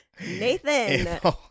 Nathan